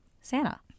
Santa